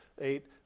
eight